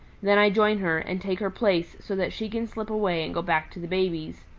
then i join her, and take her place so that she can slip away and go back to the babies.